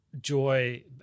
joy